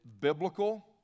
biblical